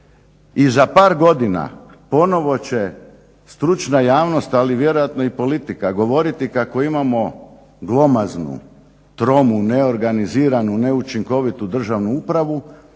I za par godina ponovo će stručna javnost, ali vjerojatno i politika govoriti kako imamo glomaznu, tromu, neorganiziranu, neučinkovitu državnu upravu,